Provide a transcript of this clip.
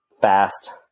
fast